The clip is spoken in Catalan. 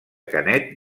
canet